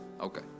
Okay